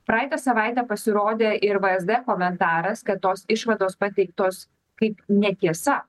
praeitą savaitę pasirodė ir vsd komentaras kad tos išvados pateiktos kaip netiesa